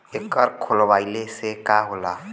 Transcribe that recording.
एकर खोलवाइले से का होला?